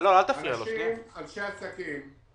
אני חייב